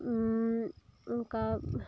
ᱩᱸᱻ ᱚᱱᱠᱟ